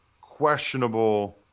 questionable